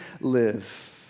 live